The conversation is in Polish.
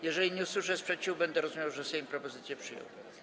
Jeżeli nie usłyszę sprzeciwu, będę rozumiał, że Sejm propozycję przyjął.